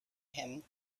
him